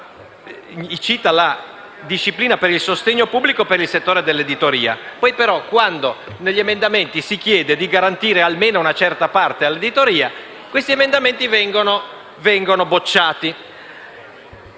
cita la disciplina per il sostegno pubblico per il settore dell'editoria; poi, però, quando negli emendamenti si chiede di garantire almeno una certa parte all'editoria, questi vengono bocciati.